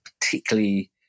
particularly